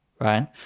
right